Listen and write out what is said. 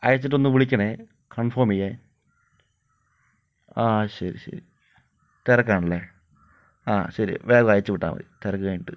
അയച്ചിട്ടൊന്ന് വിളിക്കണേ കൺഫോം ചെയ്യാൻ ആ ശരി ശരി തിരക്കാണല്ലേ ആ ശരി വേഗം അയച്ച് വിട്ടാൽ മതി തിരക്ക് കഴിഞ്ഞിട്ട്